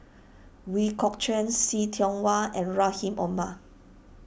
Ooi Kok Chuen See Tiong Wah and Rahim Omar